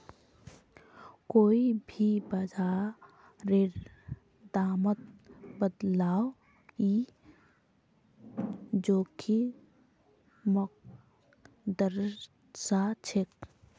कोई भी बाजारेर दामत बदलाव ई जोखिमक दर्शाछेक